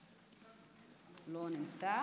הוא לא נמצא.